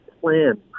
plan